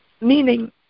Meaning